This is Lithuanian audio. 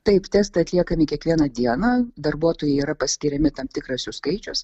taip testai atliekami kiekvieną dieną darbuotojai yra paskiriami tam tikras jų skaičius